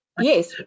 Yes